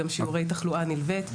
גם שיעורי תחלואה הנלוות,